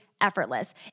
effortless